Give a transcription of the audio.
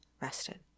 rested